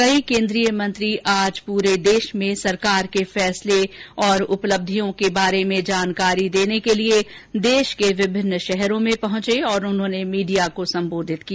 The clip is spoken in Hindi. कई केन्द्रीय मंत्री आज पूरे देश में सरकार के फैसले और उपलिब्ययों के बारे में जानकारी देने के लिए देश के विभिन्न शहरों में मीडिया को संबोधित किया